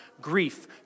Grief